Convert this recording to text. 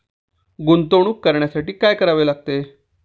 गुंतवणूक करण्यासाठी काय करायला लागते?